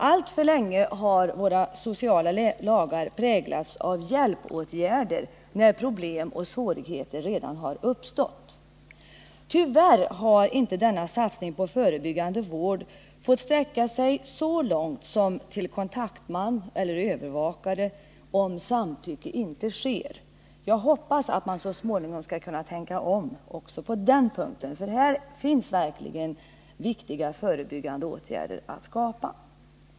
Alltför länge har våra sociala lagar präglats av hjälpåtgärder som sätts in när problem och svårigheter redan har uppstått. Tyvärr har inte denna satsning på förebyggande vård fått sträcka sig så långt som till bifall till önskemålet om kontaktman eller övervakare om samtycke inte sker. Jag hoppas att man så småningom skall kunna tänka om också på den punkten. Här finns verkligen möjlighet till viktiga förebyggande åtgärder.